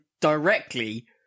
directly